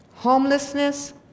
Homelessness